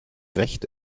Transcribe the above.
recht